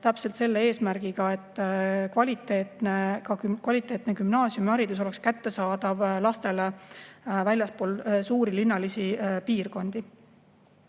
täpselt selle eesmärgiga, et kvaliteetne gümnaasiumiharidus oleks kättesaadav lastele väljaspool suuri linnalisi piirkondi.